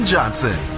Johnson